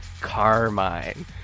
Carmine